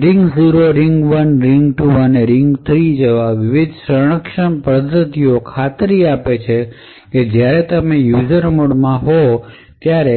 ring 0 ring 1 ring 2 અને ring 3 જેવા વિવિધ સંરક્ષણ પદ્ધતિઓ ખાતરી આપે છે કે જ્યારે તમે યુઝર મોડમાં ચલાવતા હો ત્યારે